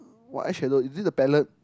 what eye shadow is this the pallet